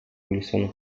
wilson